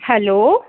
hello